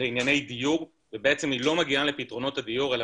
לענייני דיור ובעצם היא לא מגיעה לפתרונות הדיור אלא